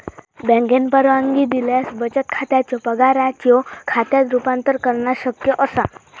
बँकेन परवानगी दिल्यास बचत खात्याचो पगाराच्यो खात्यात रूपांतर करणा शक्य असा